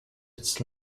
its